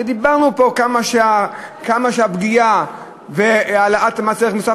ודיברנו פה ואמרנו כמה העלאת מס ערך מוסף